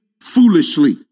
foolishly